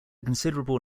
considerable